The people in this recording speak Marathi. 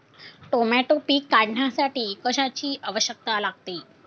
टोमॅटो पीक काढण्यासाठी कशाची आवश्यकता लागते?